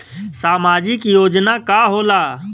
सामाजिक योजना का होला?